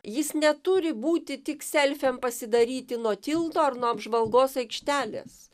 jis neturi būti tik selfiam pasidaryti nuo tilto ar nuo apžvalgos aikštelės